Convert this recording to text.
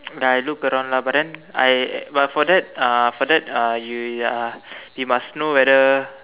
ya I look around lah I but for then uh for that uh you ya you must know whether